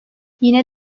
yine